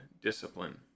discipline